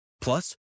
Plus